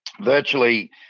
virtually